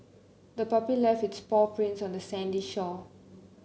the puppy left its paw prints on the sandy shore